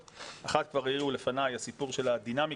כאשר אחת כבר העירו לפני לגבי הסיפור של הדינמיקה,